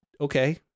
okay